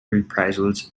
reprisals